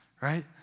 right